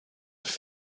for